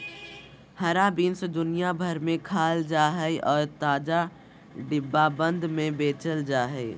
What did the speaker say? हरा बीन्स दुनिया भर में खाल जा हइ और ताजा, डिब्बाबंद में बेचल जा हइ